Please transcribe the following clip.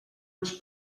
ens